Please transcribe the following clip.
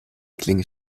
klinge